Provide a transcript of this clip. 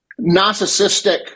narcissistic